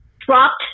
dropped